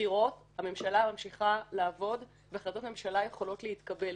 בחירות הממשלה ממשיכה לעבוד והחלטות ממשלה יכולות להתקבל,